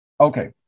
Okay